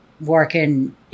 Working